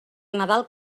nadal